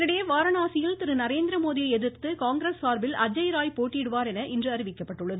இதனிடையே வாரணாசியில் திரு நரேந்திரமோடியை எதிர்த்து காங்கிரஸ் சார்பில் அஜய் ராய் போட்டியிடுவார் என இன்று அறிவிக்கப்பட்டுள்ளது